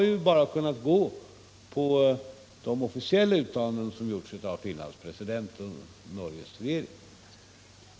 Jag har haft att gå efter de officiella uttalanden som gjorts av Finlands president och Norges regering.